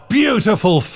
beautiful